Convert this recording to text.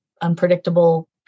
unpredictable